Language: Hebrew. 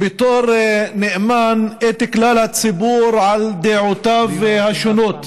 בתור נאמן את כלל הציבור על דעותיו השונות.